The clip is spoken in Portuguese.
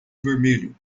vermelho